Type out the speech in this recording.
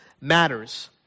matters